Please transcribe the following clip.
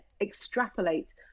extrapolate